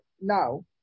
now